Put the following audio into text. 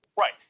Right